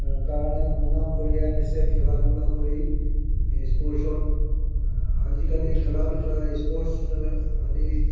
কাৰণে সুনাম কঢ়িয়াই আনিছে খেলা ধূলা কৰি স্পৰ্টছত আজিকালি খেলা এই স্পৰ্টছ আদি